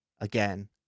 again